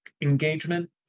engagement